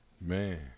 Man